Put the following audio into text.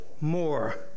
more